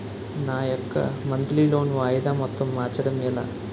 నా యెక్క monthly loan వాయిదా మొత్తం మార్చడం ఎలా?